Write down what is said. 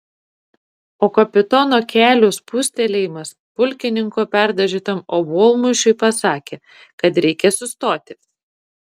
o kapitono kelių spustelėjimas pulkininko perdažytam obuolmušiui pasakė kad reikia sustoti